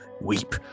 weep